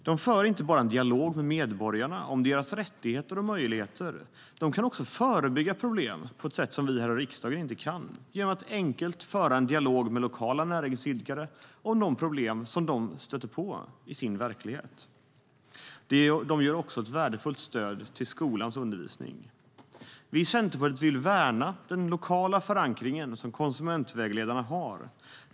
De för inte bara en dialog med medborgarna om deras rättigheter och möjligheter. De kan också förebygga problem på ett sätt som vi här i riksdagen inte kan genom att enkelt föra en dialog med lokala näringsidkare om de problem som de stöter på i sin verklighet. Konsumentvägledarna ger dessutom värdefullt stöd till skolans undervisning. Vi i Centerpartiet vill värna den lokala förankring som konsumentvägledarna har.